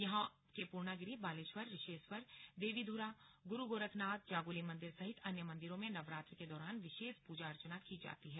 यहां के पूर्णागिरि बालेश्वर रिशेश्वर देवीधुरा गुरुगोरखनाथ जागोली मन्दिर सहित अन्य मंदिरों में नवरात्र के दौरान विशेष पूजा अर्चना की जाती है